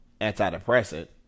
antidepressant